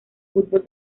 fútbol